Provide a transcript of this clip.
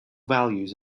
values